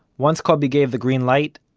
once kobi gave the green light,